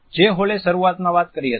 જે હોલએ શરૂઆતમાં વાત કરી હતી